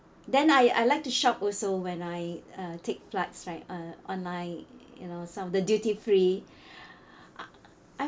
then I I like to shop also when I uh take flights right uh online you know some of the duty free ah I